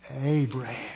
Abraham